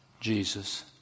Jesus